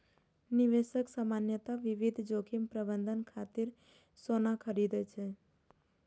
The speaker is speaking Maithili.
निवेशक सामान्यतः विविध जोखिम प्रबंधन खातिर सोना खरीदै छै